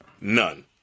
none